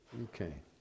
Okay